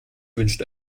wünscht